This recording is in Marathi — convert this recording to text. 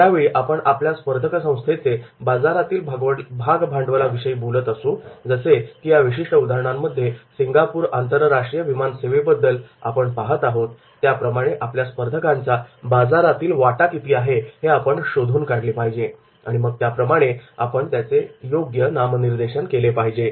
ज्यावेळी आपण आपल्या स्पर्धक संस्थेचे बाजारातील भागभांडवला विषयी बोलत असू जसे की या विशिष्ट उदाहरणांमध्ये सिंगापूर आंतरराष्ट्रीय विमान सेवेबद्दल से आपण पाहत आहोत त्याप्रमाणे आपल्या स्पर्धकांचा बाजारातील वाटा किती आहे हे आपण शोधून काढले पाहिजे आणि मग त्या प्रमाणे आपण त्याचे योग्य नामनिर्देशन केले पाहिजे